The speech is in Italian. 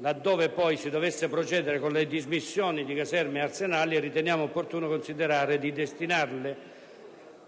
Laddove, poi, si dovesse procedere con la dismissione di caserme e arsenali, riteniamo opportuno considerare di destinare tali strutture